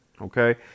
Okay